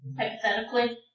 hypothetically